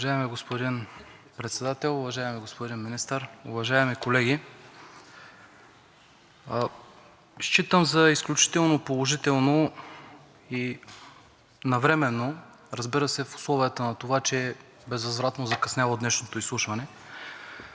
Уважаеми господин Председател, уважаеми господин Министър, уважаеми колеги! Считам за изключително положително и навременно, разбира се, в условията на това, че е безвъзвратно закъсняло днешното изслушване.